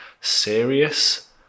serious